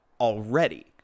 already